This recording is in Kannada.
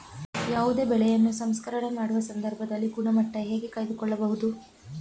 ಯಾವುದೇ ಬೆಳೆಯನ್ನು ಸಂಸ್ಕರಣೆ ಮಾಡುವ ಸಂದರ್ಭದಲ್ಲಿ ಗುಣಮಟ್ಟ ಹೇಗೆ ಕಾಯ್ದು ಕೊಳ್ಳಬಹುದು?